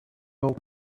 old